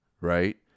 Right